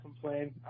complain